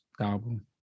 album